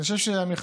אני חושב שהמכללות,